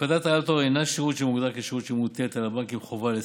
הפקדת האל-תור אינה שירות שמוגדר כשירות שמוטלת על הבנקים חובה לספקו.